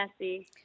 messy